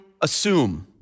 assume